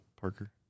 Parker